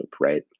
right